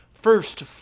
first